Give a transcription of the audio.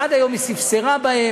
עד היום היא ספסרה בהן,